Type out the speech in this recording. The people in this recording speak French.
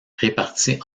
réparties